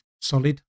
solid